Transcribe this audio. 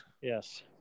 Yes